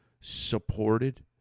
supported